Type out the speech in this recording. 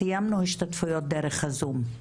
סיימנו השתתפויות דרך הזום.